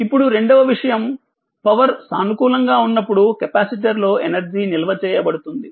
ఇప్పుడు రెండవ విషయం పవర్ సానుకూలంగా ఉన్నప్పుడు కెపాసిటర్ లో ఎనర్జీ నిల్వ చేయబడుతుంది